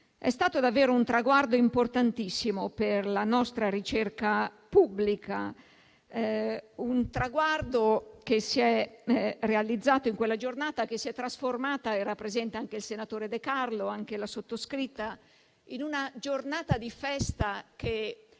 È stato davvero un traguardo importantissimo per la nostra ricerca pubblica; un traguardo che si è realizzato in quella giornata che si è trasformata - eravamo presenti anche il senatore De Carlo e la sottoscritta - in una festa che,